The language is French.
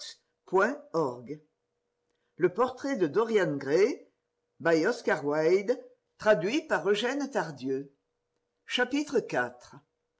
le portrait de dorian gray par oscar wilde i